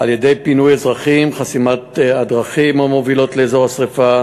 על-ידי פינוי אזרחים וחסימת הדרכים המובילות לאזור השרפה,